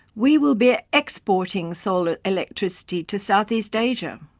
we will be ah exporting solar electricity to south east asia,